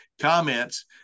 comments